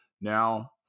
Now